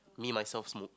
me myself smoke